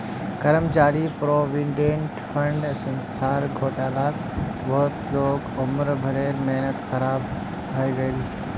कर्मचारी provident fund संस्थार घोटालात बहुत लोगक उम्र भरेर मेहनत ख़राब हइ गेले